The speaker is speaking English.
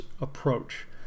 approach